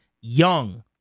young